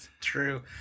True